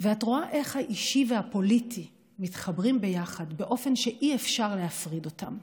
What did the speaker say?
ואת רואה איך האישי והפוליטי מתחברים ביחד באופן שאי-אפשר להפריד אותם,